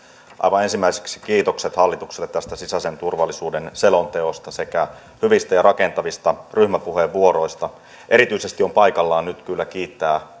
aivan ensimmäiseksi kiitokset hallitukselle tästä sisäisen turvallisuuden selonteosta sekä hyvistä ja rakentavista ryhmäpuheenvuoroista erityisesti on paikallaan nyt kyllä kiittää